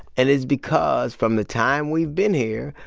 and it's because from the time we've been here,